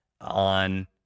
on